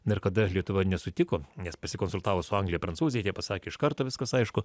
ir kada lietuva nesutiko nes pasikonsultavo su anglija prancūzija tie pasakė iš karto viskas aišku